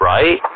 Right